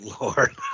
Lord